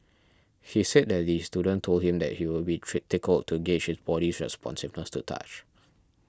he said that the student told him that he would be tickled to gauge his body's responsiveness to touch